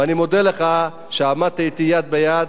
ואני מודה לך שעמדת אתי יד ביד,